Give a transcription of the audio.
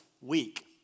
week